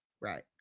Right